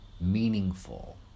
meaningful